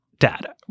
Data